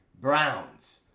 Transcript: Browns